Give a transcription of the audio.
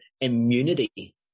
immunity